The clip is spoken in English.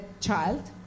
child